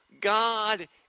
God